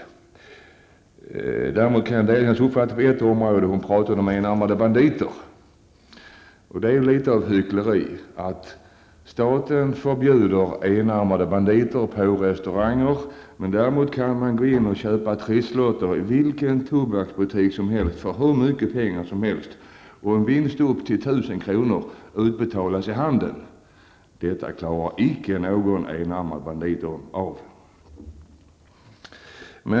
Jag delar Karin Israelssons uppfattning på en punkt, nämligen när det gäller de enarmade banditerna. Det är litet av hyckleri över att staten förbjuder enarmade banditer på restauranger, medan man kan gå in i vilken tobaksbutik som helst och köpa trisslotter för hur mycket pengar som helst och få en vinst upp till 1 000 kr. utbetald i handen. Det klarar icke någon enarmad bandit av.